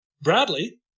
Bradley